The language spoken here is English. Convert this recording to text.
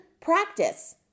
practice